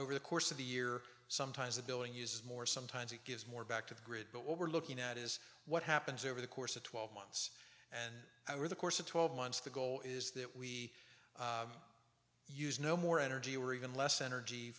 over the course of the year sometimes the billing uses more sometimes it gives more back to the grid but what we're looking at is what happens over the course of twelve months and our the course of twelve months the goal is that we use no more energy or even less energy